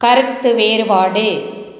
கருத்து வேறுபாடு